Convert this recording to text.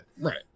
right